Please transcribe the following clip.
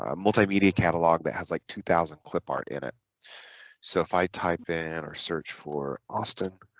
ah multimedia catalog that has like two thousand clipart in it so if i type in or search for austin